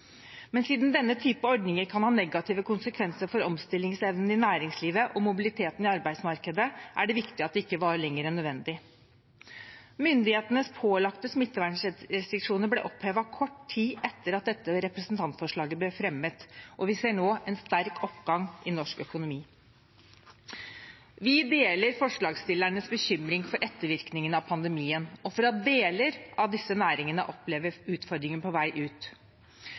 Men siden denne typen ordninger kan ha negative konsekvenser for omstillingsevnen i næringslivet og mobiliteten i arbeidsmarkedet, er det viktig at de ikke varer lenger enn nødvendig. Myndighetenes pålagte smittevernrestriksjoner ble opphevet kort tid etter at dette representantforslaget ble fremmet, og vi ser nå en sterk oppgang i norsk økonomi. Vi deler forslagsstillernes bekymring for ettervirkningene av pandemien, og for at deler av disse næringene opplever utfordringer på vei ut.